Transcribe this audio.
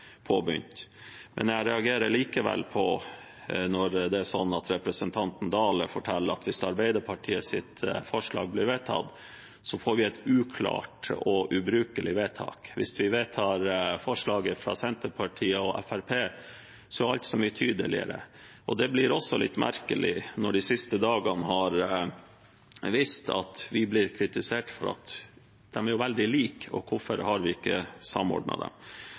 påbegynt. Jeg reagerer likevel når representanten Dale forteller at hvis Arbeiderpartiets forslag blir vedtatt, får vi et uklart og ubrukelig vedtak, men hvis vi vedtar forslaget fra Senterpartiet og Fremskrittspartiet, blir alt så mye tydeligere. Det blir også litt merkelig, når de siste dagene har vist at vi blir kritisert for at de er veldig like, og spurt om hvorfor vi ikke har samordnet dem.